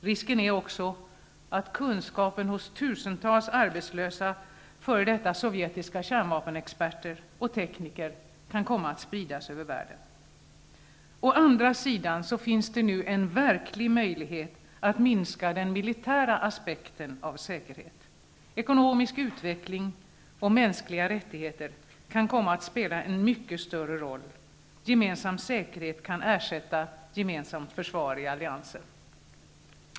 Risken är också att kunskapen hos tusentals arbetslösa f.d. sovjetiska kärnvapenexperter och tekniker kan komma att spridas över världen. Å andra sidan finns nu en verklig möjlighet att minska den militära aspekten av säkerhet. Ekonomisk utveckling och mänskliga rättigheter kan komma att spela en mycket större roll. Gemensam säkerhet kan ersätta gemensamt försvar i allianser.